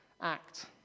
act